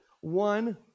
one